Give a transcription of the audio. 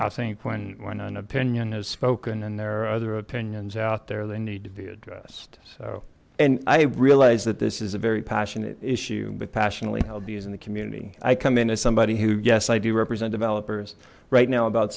i think when when an opinion is spoken and there are other opinions out there they need to be addressed so and i realized that this is a very passionate issue but passionately held views in the community i come in as somebody who yes i do represent developers right now about